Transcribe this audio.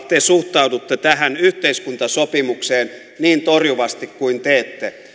te suhtaudutte tähän yhteiskuntasopimukseen niin torjuvasti kuin teette